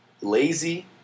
lazy